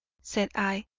said i,